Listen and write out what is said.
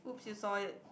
oops you saw it